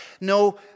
No